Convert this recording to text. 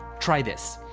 try this.